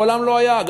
מעולם לא הייתה.